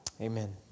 Amen